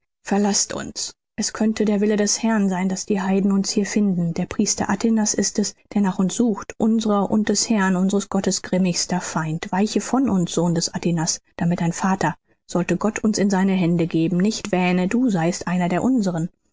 verlaßt uns es könnte der wille des herrn sein daß die heiden uns hier finden der priester atinas ist es der nach uns sucht unser und des herrn unseres gottes grimmigster feind weiche von uns sohn des atinas damit dein vater sollte gott uns in seine hand geben nicht wähne du seiest einer der unseren